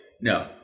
no